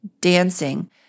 dancing